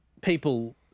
people